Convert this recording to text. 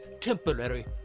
temporary